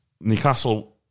Newcastle